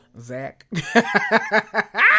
Zach